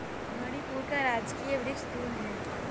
मणिपुर का राजकीय वृक्ष तून है